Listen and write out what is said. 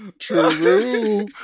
True